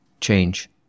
change